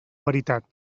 veritat